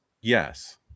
Yes